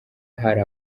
hari